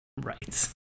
Right